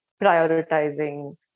prioritizing